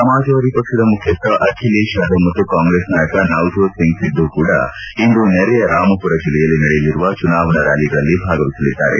ಸಮಾಜವಾದಿ ಪಕ್ಷದ ಮುಖ್ಯಸ್ಥ ಅಖಿಲೇಶ್ ಯಾದವ್ ಮತ್ತು ಕಾಂಗ್ರೆಸ್ ನಾಯಕ ನವಜೋತ್ ಸಿಂಗ್ ಸಿಧು ಕೂಡ ಇಂದು ನೆರೆಯ ರಾಮಪುರ ಜಿಲ್ಲೆಯಲ್ಲಿ ನಡೆಯಲಿರುವ ಚುನಾವಣಾ ರ್ನಾಲಿಗಳಲ್ಲಿ ಭಾಗವಹಿಸಲಿದ್ದಾರೆ